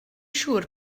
siŵr